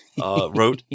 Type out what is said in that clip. wrote